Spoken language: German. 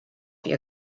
ihr